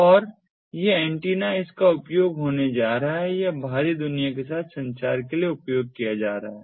तो यह एंटीना इसका उपयोग होने जा रहा है यह बाहरी दुनिया के साथ संचार के लिए उपयोग किया जा रहा है